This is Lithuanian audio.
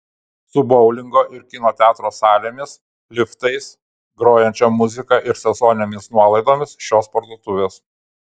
su boulingo ir kino teatro salėmis liftais grojančia muzika ir sezoninėmis nuolaidomis šios parduotuvės